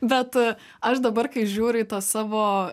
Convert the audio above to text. bet aš dabar kai žiūri į tą savo